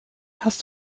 hast